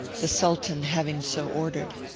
the sultan having so ordered.